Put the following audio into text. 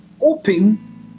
open